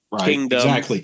Kingdom